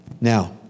Now